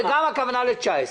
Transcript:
ב-2018 וגם הכוונה ל-2019.